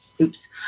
oops